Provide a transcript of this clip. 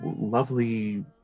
lovely